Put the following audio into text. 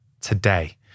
today